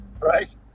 right